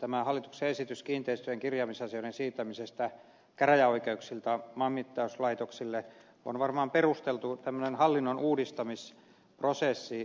tämä hallituksen esitys kiinteistöjen kirjaamisasioiden siirtämisestä käräjäoikeuksilta maanmittauslaitokselle on varmaan perusteltu tämmöinen hallinnon uudistamisprosessi